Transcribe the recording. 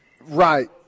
Right